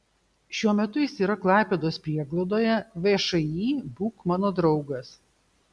šiuo metu jis yra klaipėdos prieglaudoje všį būk mano draugas